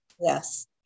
Yes